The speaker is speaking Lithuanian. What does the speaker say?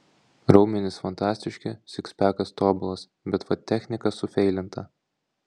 raumenys fantastiški sikspekas tobulas bet vat technika sufeilinta